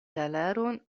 teleron